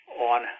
on